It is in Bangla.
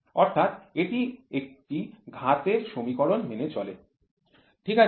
অর্থাৎ এটি একটি ঘাতের সমীকরণ মেনে চলে ঠিক আছে